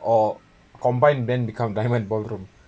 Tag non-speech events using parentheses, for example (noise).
or combined them become diamond (laughs) ballroom (laughs)